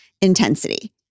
intensity